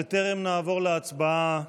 בטרם נעבור להצבעה,